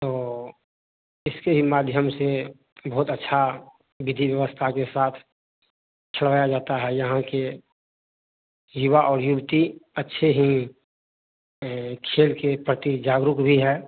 तो इसके ही माध्यम से बहुत अच्छा विधी व्यवस्था के साथ खिलवाया जाता है यहाँ के युवा और युवती अच्छे ही खेल के प्रति जागरूक भी है